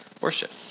worship